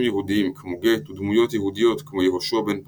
יהודיים כמו גט ודמויות יהודיות כמו יהושע בן פרחיה,